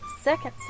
second